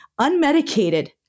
Unmedicated